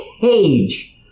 cage